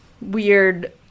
weird